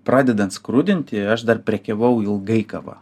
pradedant skrudinti aš dar prekiavau ilgai kava